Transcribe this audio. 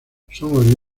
son